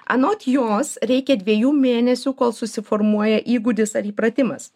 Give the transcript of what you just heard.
anot jos reikia dviejų mėnesių kol susiformuoja įgūdis ar įpratimas